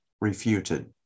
refuted